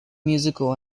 musical